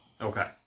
Okay